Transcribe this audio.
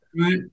Right